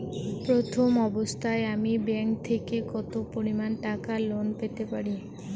প্রথম অবস্থায় আমি ব্যাংক থেকে কত পরিমান টাকা লোন পেতে পারি?